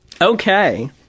Okay